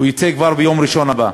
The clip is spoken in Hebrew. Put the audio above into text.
הוא יצא כבר ביום ראשון הבא,